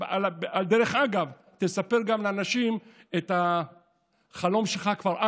דרך אגב, תספר לאנשים גם את החלום שלך כבר אז,